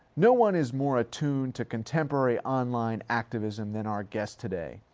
no one is more attuned to contemporary online activism than our guest today.